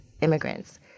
immigrants